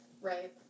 Right